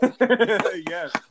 Yes